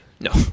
No